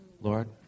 Lord